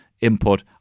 input